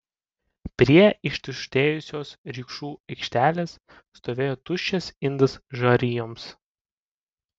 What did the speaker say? prie ištuštėjusios rikšų aikštelės stovėjo tuščias indas žarijoms